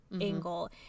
angle